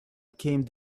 came